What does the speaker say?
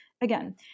Again